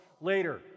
later